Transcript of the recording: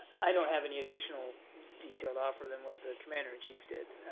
i don't have any additional detail to offer than what the commander-in-chief did.